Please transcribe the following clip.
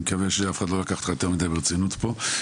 אני מקווה שאף אחד לא לקח אותך יותר מדי ברצינות פה,